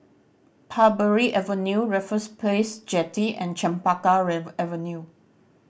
Parbury Avenue Raffles Place Jetty and Chempaka Avenue